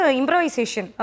improvisation